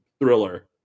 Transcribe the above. Thriller